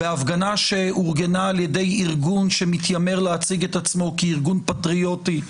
בהפגנה שאורגנה על ידי ארגון שמתיימר להציג את עצמו כארגון פטריוטי,